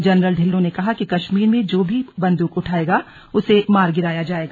general Dhillon ने कहा कि कश्मीर में जो भी बंदूक उठायेगा उसे मार गिराया जाएगा